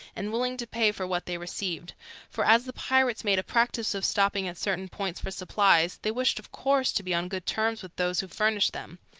and willing to pay for what they received for as the pirates made a practice of stopping at certain points for supplies, they wished, of course, to be on good terms with those who furnished them.